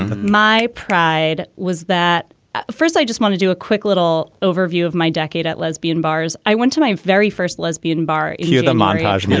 my pride was that first i just want to do a quick little overview of my decade at lesbian bars. i went to my very first lesbian bar here the montage and and